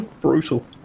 Brutal